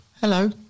Hello